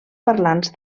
parlants